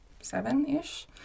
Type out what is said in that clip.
seven-ish